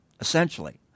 essentially